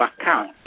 account